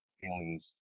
feelings